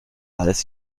als